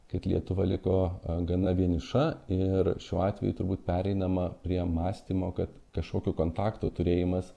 kad lietuva liko gana vieniša ir šiuo atveju turbūt pereinama prie mąstymo kad kažkokių kontaktų turėjimas